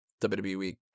WWE